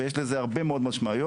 ויש לזה הרבה מאוד משמעויות.